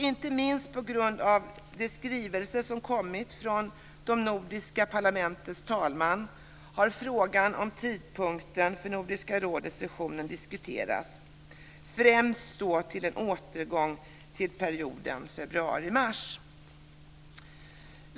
Inte minst på grund av de skrivelser som kommit från de nordiska parlamentens talmän har frågan om tidpunkten för Nordiska rådets sessioner diskuterats, främst då en återgång till perioden februari/mars.